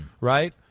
right